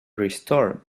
restore